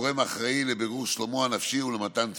גורם האחראי לבירור שלומו הנפשי ולמתן תמיכה.